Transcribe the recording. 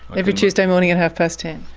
every tuesday morning at half past ten.